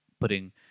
putting